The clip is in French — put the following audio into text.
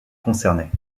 concernaient